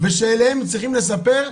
ושאליהם צריכים לספר,